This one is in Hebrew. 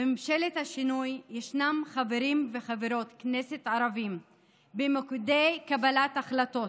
בממשלת השינוי ישנם חברי וחברות כנסת ערבים במוקדי קבלת החלטות.